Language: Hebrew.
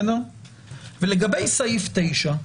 ולגבי סעיף 9,